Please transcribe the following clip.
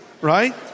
Right